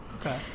Okay